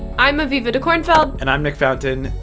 i'm aviva dekornfeld and i'm nick fountain.